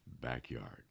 backyard